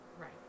Right